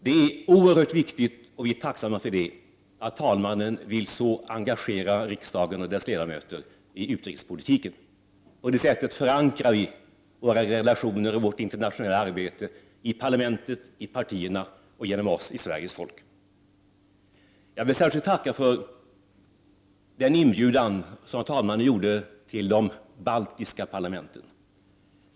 Det är oerhört viktigt, och vi är tacksamma för att talmannen så vill engagera riksdagen och dess ledamöter i utrikespolitiken. På det sättet förankrar vi våra relationer och vårt internationella arbete i parlamentet, i partierna och genom oss i Sveriges folk. Jag vill särskilt tacka för den inbjudan som talmannen gjorde till de baltiska parlamenten.